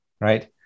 right